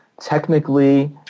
technically